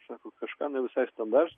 sako kažką ne visai standartinio